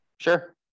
sure